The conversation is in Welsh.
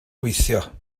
gweithio